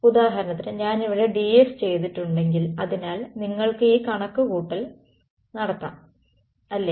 ഉദാഹരണത്തിന് ഞാൻ ഇവിടെ ds ചെയ്തിട്ടുണ്ടെങ്കിൽ അതിനാൽ നിങ്ങൾക്ക് ഈ കണക്കുകൂട്ടൽ നടത്താം അല്ലെ